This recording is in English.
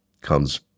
comes